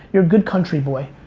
you're a good country boy,